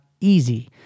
easy